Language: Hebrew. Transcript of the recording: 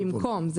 זה במקום.